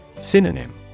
Synonym